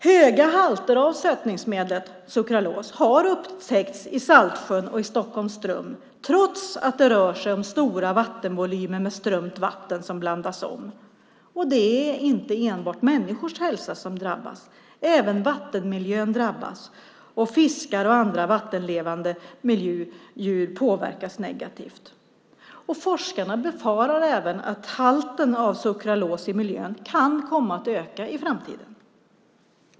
Höga halter av sötningsmedlet sukralos har upptäckts i Saltsjön och i Stockholms ström, trots att det rör sig om stora vattenvolymer med strömt vatten som blandas om. Det är inte enbart människors hälsa som drabbas, även vattenmiljön drabbas, och fiskar och andra vattenlevande djur påverkas negativt. Forskarna befarar även att halten av sukralos i miljön kan komma att öka i framtiden.